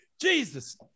Jesus